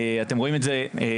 אתם רואים את זה גם,